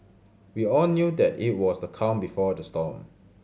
we all knew that it was the calm before the storm